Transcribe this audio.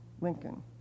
Lincoln